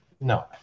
no